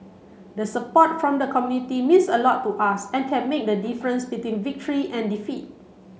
the support from the community means a lot to us and can make the difference between victory and defeat